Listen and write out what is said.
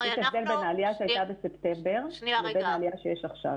יש הבדל בין העלייה שהייתה בספטמבר לבין העלייה שיש עכשיו,